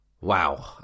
wow